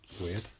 Weird